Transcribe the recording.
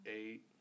eight